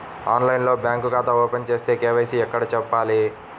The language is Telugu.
ఆన్లైన్లో బ్యాంకు ఖాతా ఓపెన్ చేస్తే, కే.వై.సి ఎక్కడ చెప్పాలి?